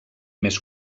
més